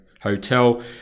Hotel